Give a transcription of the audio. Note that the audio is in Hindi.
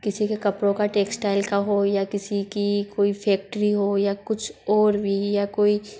किसी के कपड़ों का टेक्सटाइल का हो या किसी की कोई फैक्ट्री हो या कुछ और भी या कोई